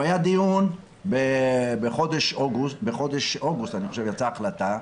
בדיון שהתקיים בחודש אוגוסט, יצאה החלטה,